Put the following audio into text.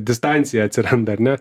distancija atsiranda ar ne